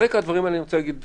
אל מול כל הדברים שהערנו פה,